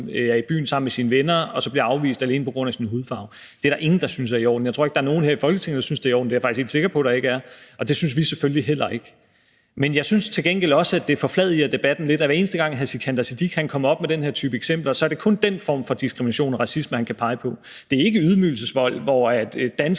er i byen med sine venner, bliver afvist alene på grund af sin hudfarve. Det er der ingen der syntes er i orden. Jeg tror ikke, der er nogen her i Folketinget, der synes, at det er i orden – det er jeg faktisk helt sikker på at der ikke er nogen der gør – og det synes vi selvfølgelig heller ikke. Men jeg synes til gengæld også, at det forfladiger debatten lidt, at hver eneste gang hr. Sikandar Siddique kommer med den her type eksempler, så er det kun dén form for diskrimination og racisme, han kan pege på. Det er ikke ydmygelsesvold, hvor unge